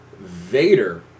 Vader